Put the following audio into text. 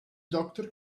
doctor